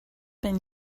been